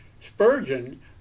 Spurgeon